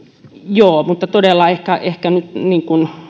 todella ehkä ehkä nyt niin kuin